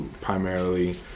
primarily